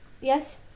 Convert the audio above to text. Yes